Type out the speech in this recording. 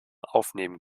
aufnehmen